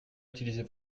utiliser